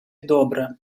добре